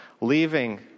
leaving